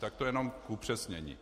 Tak to jenom na upřesnění.